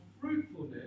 fruitfulness